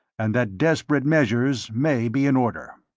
and that desperate measures may be in order.